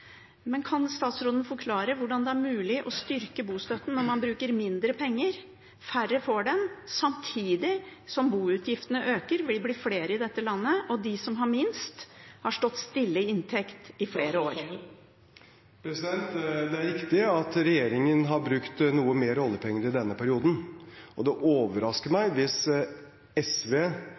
Men kan statsråden forklare hvordan det er mulig å styrke bostøtten når man bruker mindre penger og færre får dem, samtidig som boutgiftene øker, vi blir flere i dette landet, og de som har minst, har stått stille i inntekt i flere år? Det er riktig at regjeringen har brukt noe mer oljepenger i denne perioden, og det overrasker meg hvis SV